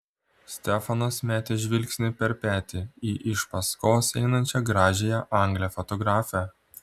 stefanas metė žvilgsnį per petį į iš paskos einančią gražiąją anglę fotografę